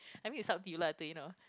I mean it's up to you lah you know